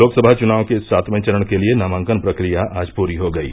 लोकसभा चुनाव के सातवें चरण के लिये नामांकन प्रक्रिया आज पूरी हो गयी